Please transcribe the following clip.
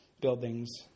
buildings